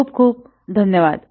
खूप खूप धन्यवाद